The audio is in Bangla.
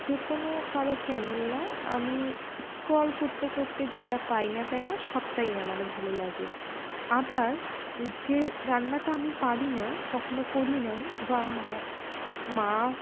যে কোনো কারো চ্যানেল না আমি স্ক্রোল করতে করতে যেটা পাই না কেনা সবটাই আমার ভালো লাগে আবার যে রান্নাটা আমি পারি না কখনো করি নিই বা মা মা